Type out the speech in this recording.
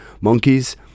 monkeys